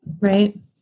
Right